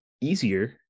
easier